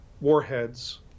warheads